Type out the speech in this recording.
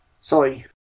Sorry